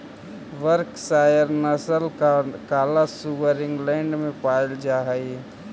Berkshire नस्ल का काला सुअर इंग्लैण्ड में पायिल जा हई